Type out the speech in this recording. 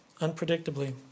unpredictably